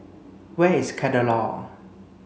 where is Kadaloor